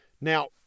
Now